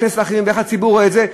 כנסת אחרים ואיך הציבור רואה את זה.